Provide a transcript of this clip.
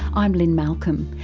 i'm lynne malcolm.